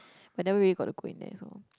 but never really got to go in there so